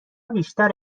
بیشتر